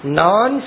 non